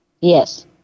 Yes